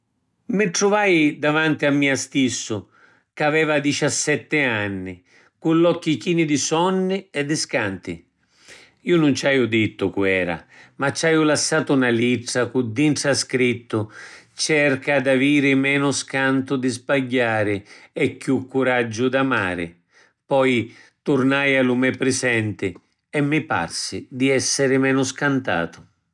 Mi truvai davanti a mia stissu ca aveva diciassettanni, cu l’occhi chini di sonni e di scanti. Ju nun ci aju dittu cu era, ma ci aju lassatu na littra cu dintra scrittu: “Cerca d’aviri menu scantu di sbagghiari e chiù curaggiu d’amari”. Poi turnai a lu me prisenti e mi parsi di essiri menu scantatu.